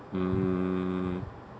hmm